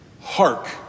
hark